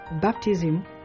baptism